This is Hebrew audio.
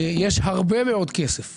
יש הרבה מאוד כסף שחור.